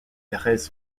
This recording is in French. pérez